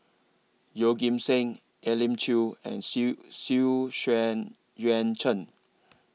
Yeoh Ghim Seng Elim Chew and Xu Xu Xuan Yuan Zhen